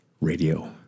Radio